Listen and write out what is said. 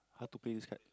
how to play this card